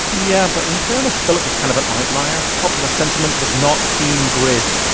yeah, but in fairness, phillip was kind of an outlier. popular sentiment was not team grid.